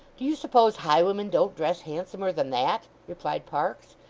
do you suppose highwaymen don't dress handsomer than that replied parkes.